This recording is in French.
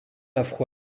afro